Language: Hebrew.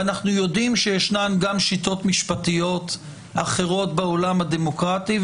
ואנחנו יודעים שיש גם שיטות משפטיות אחרות בעולם הדמוקרטי.